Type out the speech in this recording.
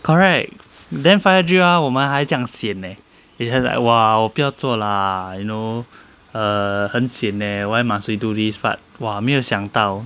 correct then fire drill ah 我们还这样 sian leh it's just like !wah! 我不要做 lah you know err 很 sian leh why must we do this but !wah! 没有想到